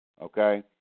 okay